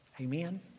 Amen